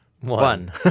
one